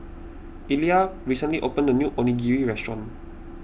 Elia recently opened a new Onigiri restaurant